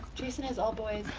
jason is all boys.